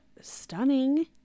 stunning